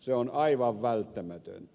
se on aivan välttämätöntä